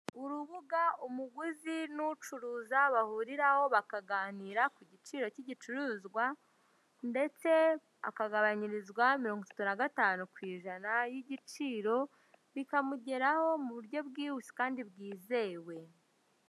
Urubuga umuguzi n' ucuruza bahuriraho bakaganira ku giciro cy'igicuruzwa, ndetse akagabanyirizwa mirongo itatu na gatanu ku ijana y'igiciro, bikamugeraho mu buryo bw'ihuse kandi bwizewe.